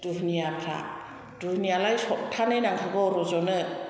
धुनियाफोरा धुनियाआलाय सप्तानै नांखागौ रज'नो